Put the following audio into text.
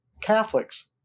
Catholics